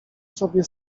sobie